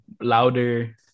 louder